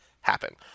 happen